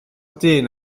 dyn